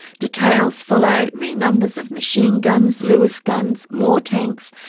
details follow re numbers of machine guns, lewis guns, more tanks,